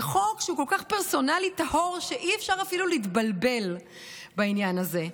זה חוק שהוא כל כך פרסונלי טהור שאי-אפשר אפילו להתבלבל בעניין הזה.